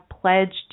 pledged